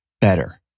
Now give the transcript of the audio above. better